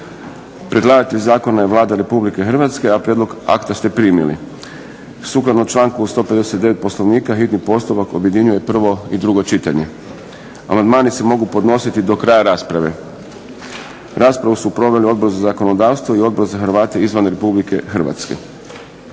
Predlagatelj zakona je Vlada RH. Prijedlog akta ste primili. Sukladno članku 159. Poslovnika hitni postupak objedinjuje prvo i drugo čitanje. Amandmani se mogu podnositi do kraja rasprave. Raspravu su proveli Odbor za zakonodavstvo i Odbor za Hrvate izvan RH. Izvješća ste